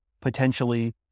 potentially